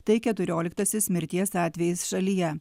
tai keturioliktasis mirties atvejis šalyje